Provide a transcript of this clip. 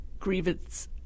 grievance